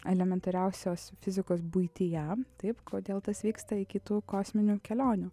elementariausios fizikos buityje taip kodėl tas vyksta iki tų kosminių kelionių